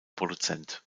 produzent